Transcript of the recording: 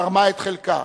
תרמה את חלקה.